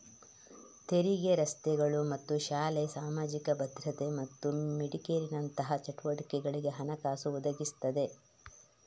ತೆರಿಗೆ ರಸ್ತೆಗಳು ಮತ್ತು ಶಾಲೆ, ಸಾಮಾಜಿಕ ಭದ್ರತೆ ಮತ್ತು ಮೆಡಿಕೇರಿನಂತಹ ಚಟುವಟಿಕೆಗಳಿಗೆ ಹಣಕಾಸು ಒದಗಿಸ್ತದೆ